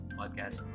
podcast